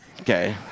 Okay